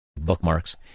Bookmarks